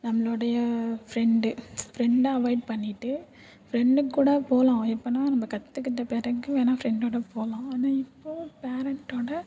நம்மளோடைய ஃப்ரெண்டு ஃப்ரெண்டை அவாயிட் பண்ணிவிட்டு ஃப்ரெண்டு கூட போகலாம் எப்போன்னா நம்ம கற்றுக்கிட்ட பிறகு வேணா ஃப்ரெண்டோடு போகலாம் ஆனால் இப்போது பேரண்ட்டோடு